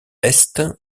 est